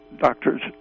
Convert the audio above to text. Doctors